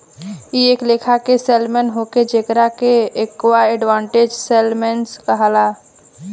इ एक लेखा के सैल्मन होले जेकरा के एक्वा एडवांटेज सैल्मन कहाला